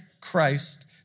Christ